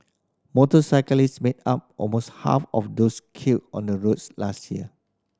motorcyclists made up almost half of those killed on the roads last year